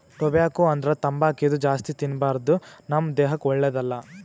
tobacco ಅಂದ್ರ ತಂಬಾಕ್ ಇದು ಜಾಸ್ತಿ ತಿನ್ಬಾರ್ದು ನಮ್ ದೇಹಕ್ಕ್ ಒಳ್ಳೆದಲ್ಲ